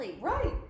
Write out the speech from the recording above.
Right